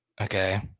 Okay